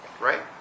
Right